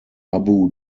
abu